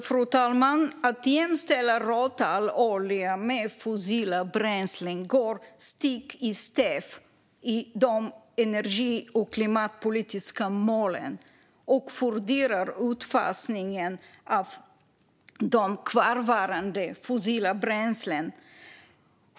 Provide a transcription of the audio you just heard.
Fru talman! Att jämställa råtallolja med fossila bränslen går stick i stäv med de energi och klimatpolitiska målen och fördyrar utfasningen av kvarvarande fossila bränslen.